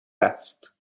است